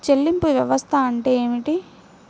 చెల్లింపు వ్యవస్థ అంటే ఏమిటి?